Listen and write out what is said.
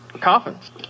Coffins